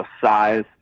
size